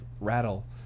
rattle